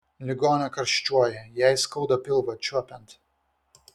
ligonė karščiuoja jai skauda pilvą čiuopiant